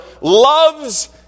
loves